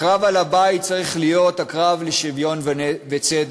הקרב על הבית צריך להיות הקרב לשוויון וצדק,